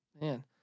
man